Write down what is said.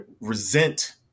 resent